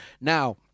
now